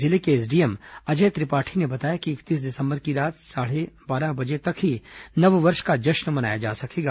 जिले के एसडीएम अजय त्रिपाठी ने बताया कि इकतीस दिसंबर की रात साढ़े बारह बजे तक ही नववर्ष का जश्न मनाया जा सकेगा